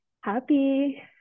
happy